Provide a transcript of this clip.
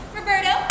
Roberto